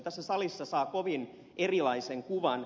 tässä salissa saa kovin erilaisen kuvan